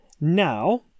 now